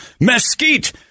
mesquite